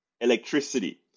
electricity